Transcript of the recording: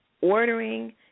ordering